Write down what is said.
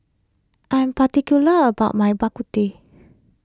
I am particular about my Bak Kut Teh